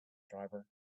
driver